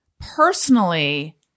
personally